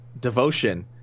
devotion